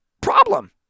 problem